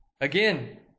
Again